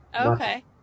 Okay